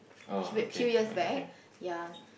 few years few years back ya